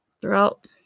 throughout